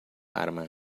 arma